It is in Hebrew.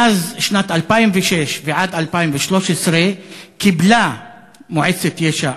מאז שנת 2006 ועד 2013 קיבלה מועצת יש"ע